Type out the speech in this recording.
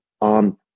on